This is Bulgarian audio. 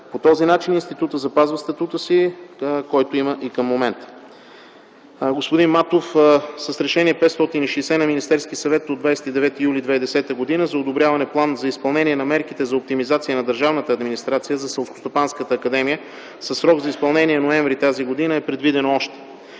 По този начин Институтът запазва статута си, който има и към момента. Господин Матов, с решение 560 на Министерския съвет от 29 юли 2010г. за одобряване на план за изпълнение на мерките за оптимизация на държавната администрация за Селскостопанската академия, със срок за изпълнение – м. ноември тази година, е предвидено още: